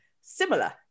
similar